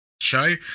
show